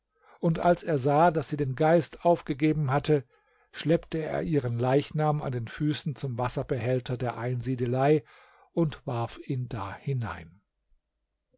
und als er sah daß sie den geist aufgegeben hatte schleppte er ihren leichnam an den füßen zum wasserbehälter der einsiedelei und warf ihn da hinein